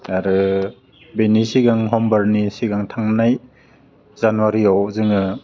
आरो बिनि सिगां हमबारनि सिगां थांनाय जानुवारिआव जोङो